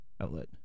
outlet